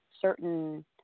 certain